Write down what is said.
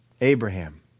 Abraham